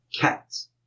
cats